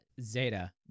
Zeta